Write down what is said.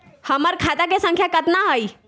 हमर खाता के सांख्या कतना हई?